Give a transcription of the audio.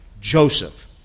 Joseph